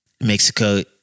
Mexico